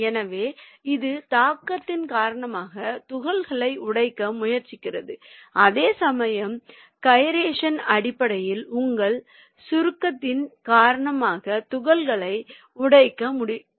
எனவே இது தாக்கத்தின் காரணமாக துகள்களை உடைக்க முயற்சிக்கிறது அதேசமயம் கைரேஷன் அடிப்படையில் உங்கள் சுருக்கத்தின் காரணமாக துகள்களை உடைக்க முயற்சிக்கிறது